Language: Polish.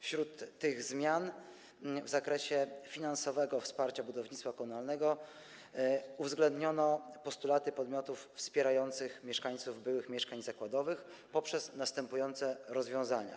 Wśród tych zmian w zakresie finansowego wsparcia budownictwa komunalnego uwzględniono postulaty podmiotów wspierających mieszkańców byłych mieszkań zakładowych poprzez następujące rozwiązania.